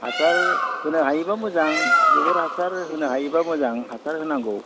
हासार होनो हायोब्ला मोजां गोबोर हासार होनो हायोब्ला मोजां हासार होनांगौ